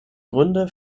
gründe